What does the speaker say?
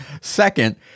Second